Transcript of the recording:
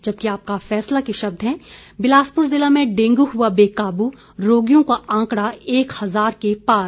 जबकि आपका फैसला के शब्द हैं बिलासपुर जिला में डेंगू हुआ बेकाबू रोगियों का आंकड़ा एक हज़ार के पार